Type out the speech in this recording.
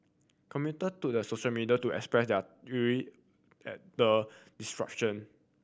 commuter to the social media to express their ire at the disruption